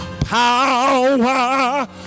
power